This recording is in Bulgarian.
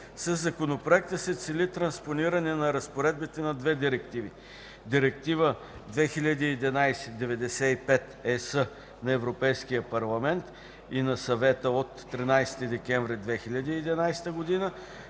Със Законопроекта се цели транспониране на разпоредбите на две директиви: Директива 2011/95/ЕС на Европейския парламент и на Съвета от 13 декември 2011 г.